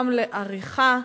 גם לעריכה,